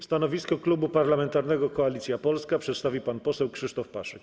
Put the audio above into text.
Stanowisko Klubu Parlamentarnego Koalicja Polska przedstawi pan poseł Krzysztof Paszyk.